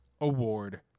award